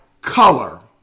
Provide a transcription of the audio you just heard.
color